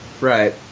Right